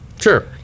sure